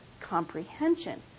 comprehension